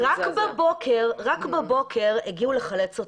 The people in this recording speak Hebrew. ורק בבוקר הגיעו לחלץ אותו.